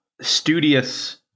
studious